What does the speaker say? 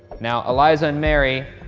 now, eliza and mary,